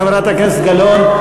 חברת הכנסת גלאון,